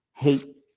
Hate